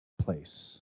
place